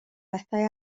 bethau